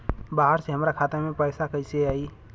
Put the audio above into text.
बाहर से हमरा खाता में पैसा कैसे आई?